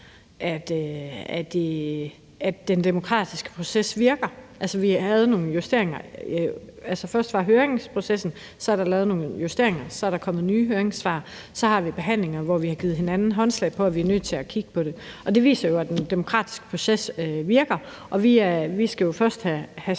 at den demokratiske proces virker. Først var der høringsprocessen, så er der lavet nogle justeringer, så er der kommet nye høringssvar, og så har vi haft behandlinger, hvor vi har givet hinanden håndslag på, at vi er nødt til at kigge på det. Og det viser jo, at den demokratiske proces virker, og vi skal jo først have